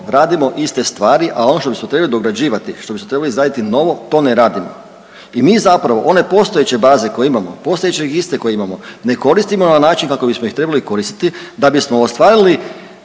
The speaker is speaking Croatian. radimo iste stvari, a ono što bismo trebali dograđivati, što bismo trebali izraditi novo, to ne radimo i mi zapravo one postojeće baze koje imamo, postojeće registre koje imamo ne koristimo na način kako bismo ih trebali koristiti, da bismo ostvarili